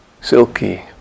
silky